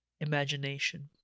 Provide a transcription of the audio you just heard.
imagination